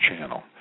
channel